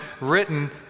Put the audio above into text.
written